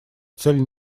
цель